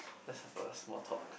let's have a small talk